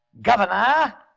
Governor